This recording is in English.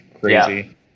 crazy